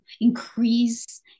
increase